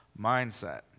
mindset